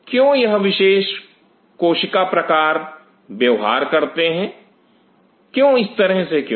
क्यों यह विशेष कोशिका प्रकार व्यवहार करते हैं इस तरह से क्यों